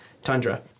Tundra